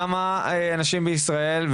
כמה אנשים בישראל,